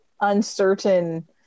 uncertain